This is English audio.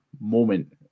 moment